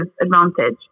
advantage